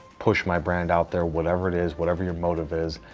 push my brand out there. whatever it is, whatever your motive is,